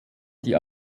die